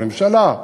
הממשלה,